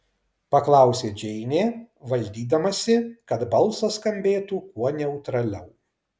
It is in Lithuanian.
paklausė džeinė valdydamasi kad balsas skambėtų kuo neutraliau